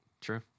True